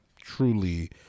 truly